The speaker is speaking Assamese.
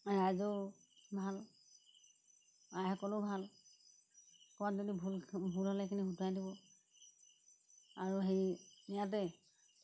ৰাইজেও ভাল আইসকলেও ভাল ক'ৰবাত যদি ভুল ভুল হ'লে সেইখিনি শুদ্ধৰাই দিব আৰু হেৰি ইয়াতে